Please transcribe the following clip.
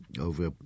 over